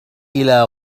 إلى